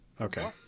Okay